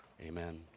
Amen